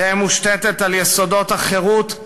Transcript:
תהא מושתתת על יסודות החירות,